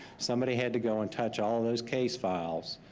somebody had to go and touch all those case files,